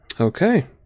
Okay